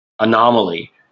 anomaly